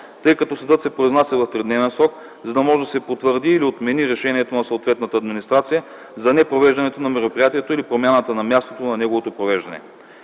тъй като съдът се произнася в 3-дневен срок, за да може да се потвърди или отмени решението на съответната администрация за непровеждането на мероприятието или промяната на мястото за провеждането